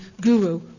guru